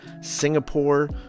Singapore